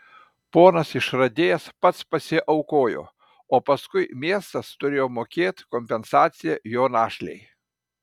ponas išradėjas pats pasiaukojo o paskui miestas turėjo mokėt kompensaciją jo našlei